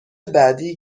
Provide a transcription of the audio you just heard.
بعدی